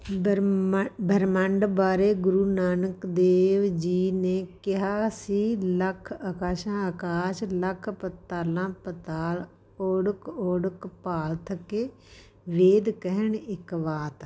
ਬ੍ਰਮ ਬ੍ਰਹਮੰਡ ਬਾਰੇ ਗੁਰੂ ਨਾਨਕ ਦੇਵ ਜੀ ਨੇ ਕਿਹਾ ਸੀ ਲੱਖ ਆਕਾਸ਼ਾਂ ਆਕਾਸ਼ ਲੱਖ ਪਤਾਲਾਂ ਪਤਾਲ ਓੜਕ ਓੜਕ ਭਾਲ ਥਕੇ ਵੇਦ ਕਹਣ ਇਕ ਵਾਤ